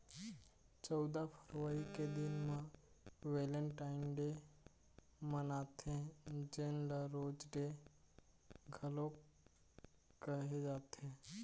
चउदा फरवरी के दिन म वेलेंटाइन डे मनाथे जेन ल रोज डे घलोक कहे जाथे